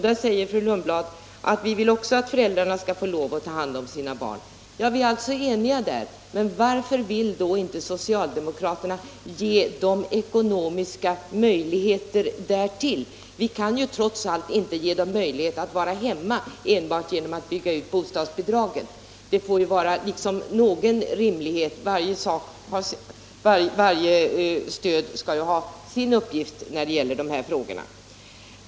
Nu säger fru Lundblad att hon också vill att föräldrarna skall få lov att ta hand om sina barn. Vi är alltså eniga om det. Varför vill då socialdemokraterna inte ge de ekonomiska möjligheterna därtill? Vi kan ju trots allt inte ge föräldrarna möjlighet att vara hemma hos sina barn enbart genom att bygga ut bostadsbidragen. Det måste vara någon rimlighet, varje stöd skall ha sin egen uppgift också när det gäller de här frågorna.